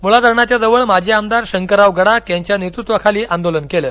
मुळा धरणाच्या जवळ माजी आमदार शंकरराव गडाख यांच्या नेतृत्वाखाली आंदोलन केले